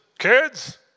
Kids